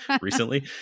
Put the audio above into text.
recently